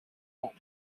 ans